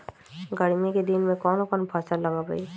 गर्मी के दिन में कौन कौन फसल लगबई?